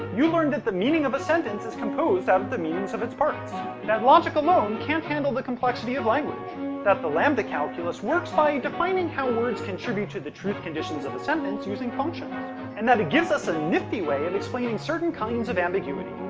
you learned that the meaning of a sentence is composed out of the meanings of its parts that logic alone can't handle the complexity of language that the lambda calculus works by defining how words contribute to the truth conditions of a sentence, using functions and that it gives us a nifty way of explaining certain kinds of ambiguity.